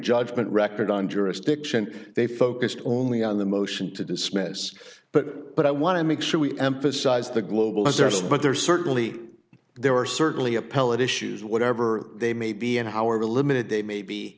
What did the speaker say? judgment record on jurisdiction they focused only on the motion to dismiss but but i want to make sure we emphasize the global is there some but there are certainly there are certainly appellate issues whatever they may be and however limited they may be